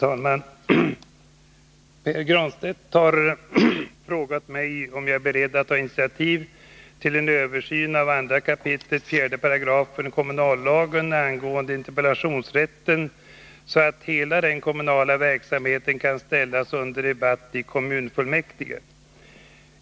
Herr talman! Pär Granstedt har frågat mig om jag är beredd att ta initiativ till en översyn av 2 kap. 24 § kommunallagen angående interpellationsrätten, så att hela den kommunala verksamheten kan ställas under debatt i kommunfullmäktige.